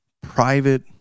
private